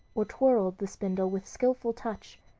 or twirled the spindle with skilful touch,